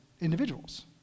individuals